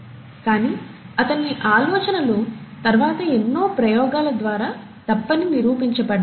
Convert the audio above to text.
కానీ అతని ఆలోచనలు తరువాత ఎన్నో ప్రయోగాల ద్వారా తప్పని నిరూపించబడ్డాయి